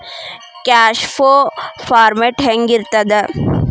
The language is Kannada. ಕ್ಯಾಷ್ ಫೋ ಫಾರ್ಮ್ಯಾಟ್ ಹೆಂಗಿರ್ತದ?